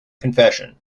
confession